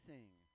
Sing